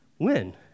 win